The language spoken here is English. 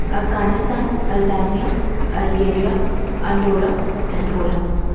Afghanistan Albania Algeria Andorra Angola